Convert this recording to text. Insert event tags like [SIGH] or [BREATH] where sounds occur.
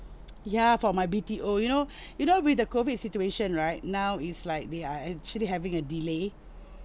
ya for my B_T_O you know [BREATH] you know with the COVID situation right now is like they are actually having a delay